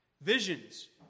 visions